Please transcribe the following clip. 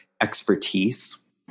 expertise